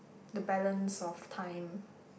the balance of time